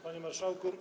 Panie Marszałku!